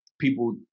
people